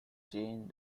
change